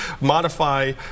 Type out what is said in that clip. modify